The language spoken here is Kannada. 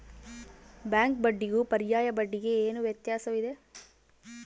ಬ್ಯಾಂಕ್ ಬಡ್ಡಿಗೂ ಪರ್ಯಾಯ ಬಡ್ಡಿಗೆ ಏನು ವ್ಯತ್ಯಾಸವಿದೆ?